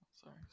Sorry